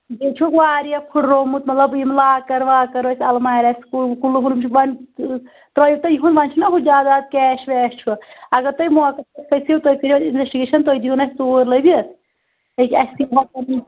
بیٚیہِ چھُکھ واریاہ پھٕٹرومُت مطلب یِم لاکر واکر ٲسۍ المارِ آسہِ مطلب ترٛٲیِو تُہۍ یِہھنٛد وۄںۍ چھُنا ہُہ جاداد کیش ویش چھُ اگر تُہۍ موقس پٮ۪ٹھ کھٔسِو تُہۍ کٔرِیو اِنوٮ۪سٹِگیشَن تُہۍ دیٖوُن اَسہِ ژور لٔبِتھ ییٚکیٛاہ